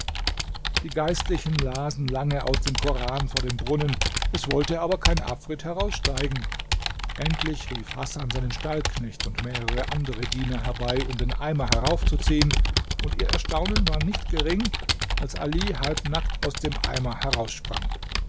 die geistlichen lasen lange aus dem koran vor dem brunnen es wollte aber kein afrit heraussteigen endlich rief hasan seinen stallknecht und mehrere andere diener herbei um den eimer heraufzuziehen und ihr erstaunen war nicht gering als ali halb nackt aus dem eimer